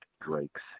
Drake's